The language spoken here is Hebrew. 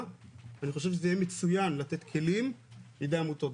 ואני חושב שזה יהיה מצוין לתת כלים ליידי העמותות,